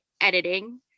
editing